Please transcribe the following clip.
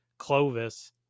Clovis